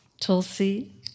Tulsi